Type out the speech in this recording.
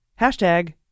hashtag